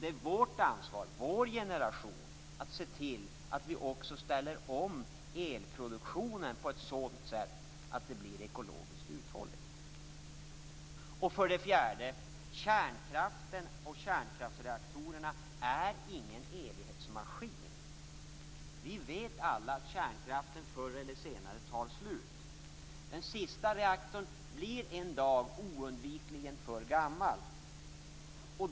Det är vår generations ansvar att se till att vi också ställer om elproduktionen på ett sådant sätt att den blir ekologiskt uthållig. För det fjärde är kärnkraften och kärnkraftsreaktorerna inga evighetsmaskiner. Vi vet alla att kärnkraften förr eller senare tar slut. Den sista reaktorn blir en dag oundvikligen för gammal.